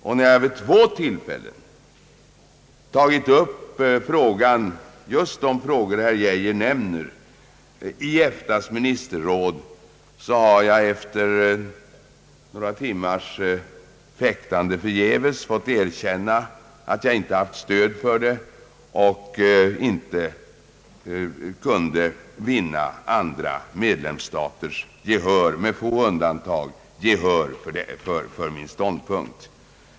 Och när jag vid två tillfällen i EFTA:s ministerråd tagit upp just de frågor som herr Geijer nämner, har jag efter några timmars fäktande måst erkänna att jag inte haft stöd för det och — med få undantag — inte kunnat vinna andra medlemsstaters gehör för min ståndpunkt.